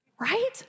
Right